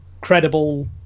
Credible